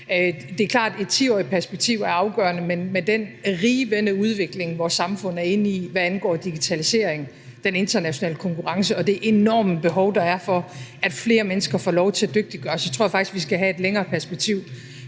Det er klart, at et 10-årigt perspektiv er afgørende, men med den rivende udvikling, vores samfund er inde i, hvad angår digitalisering, den internationale konkurrence og det enorme behov, der er for, at flere mennesker får lov til at dygtiggøre sig, så tror jeg faktisk, vi skal have et længere perspektiv